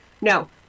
No